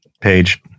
page